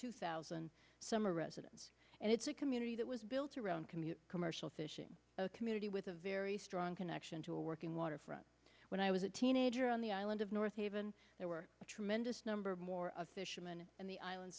two thousand summer residence and it's a community that was built around commune commercial fishing community with a very strong can into a working waterfront when i was a teenager on the island of north even there were a tremendous number of more of fisherman and the island